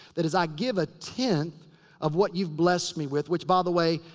that is, i give a tenth of what you've blessed me with. which, by the way.